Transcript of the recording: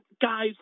guys